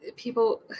People